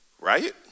Right